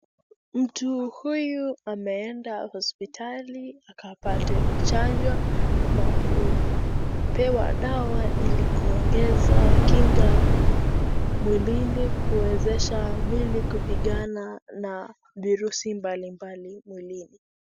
Mtu huyu ameenda hospitali akapate kuchanjwa na kupewa dawa ili kuongeza kinga mwilini kuwezesha mwili kupigana na virusi mbalimbali mwilini.